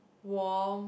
warm